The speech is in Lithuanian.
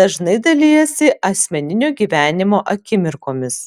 dažnai dalijasi asmeninio gyvenimo akimirkomis